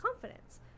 confidence